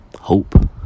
hope